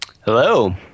Hello